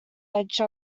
edge